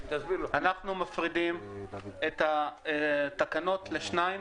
תכניס את ה-750.